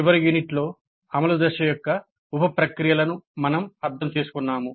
చివరి యూనిట్లో అమలు దశ యొక్క ఉప ప్రక్రియలను మనము అర్థం చేసుకున్నాము